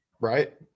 Right